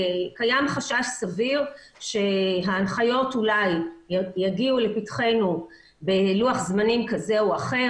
קיים חשש סביר שההנחיות אולי יגיעו לפתחנו בלוח זמנים כזה או אחר,